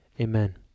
Amen